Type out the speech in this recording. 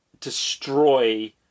destroy